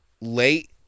late